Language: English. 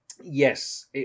Yes